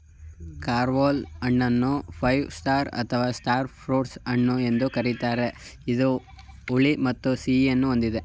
carambola ಹಣ್ಣನ್ನು five star ಅಥವಾ star fruit ಹಣ್ಣು ಎಂದು ಕರಿತಾರೆ ಇದು ಹುಳಿ ಮತ್ತು ಸಿಹಿಯನ್ನು ಹೊಂದಿದೆ